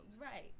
right